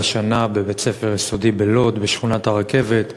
השנה בבית-ספר יסודי בשכונת-הרכבת בלוד.